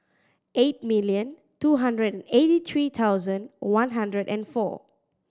eight million two hundred and eighty three thousand one hundred and four